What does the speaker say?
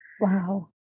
Wow